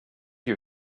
you